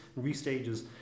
restages